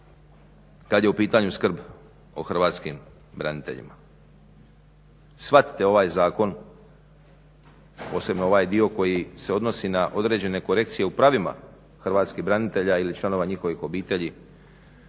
kad je u pitanju skrb o hrvatskim braniteljima. Shvatite ovaj zakon, posebno ovaj dio koji se odnosi na određene korekcije u pravima hrvatskih branitelja ili članova njihovih obitelji,